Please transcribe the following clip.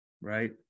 right